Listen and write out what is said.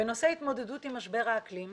בנושא התמודדות עם משבר האקלים,